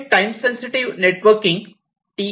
पुढे time sensitive networking आहे